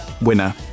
winner